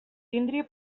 tindria